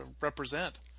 represent